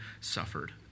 suffered